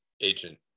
agent